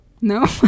No